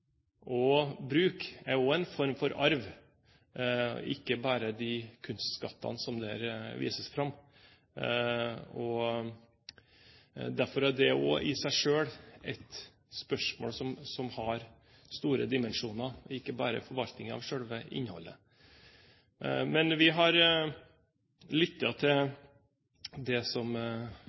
og bruk – er også en form for arv, ikke bare de kunstskattene som der vises fram. Derfor er det i seg selv et spørsmål som har store dimensjoner, og som ikke bare gjelder forvaltningen av selve innholdet. Jeg har lyttet med interesse til det som